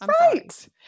right